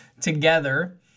together